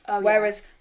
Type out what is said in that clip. Whereas